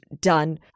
done